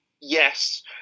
Yes